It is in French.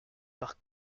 par